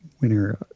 Winner